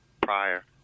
prior